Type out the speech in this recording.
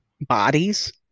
Bodies